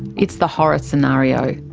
it's the horror scenario.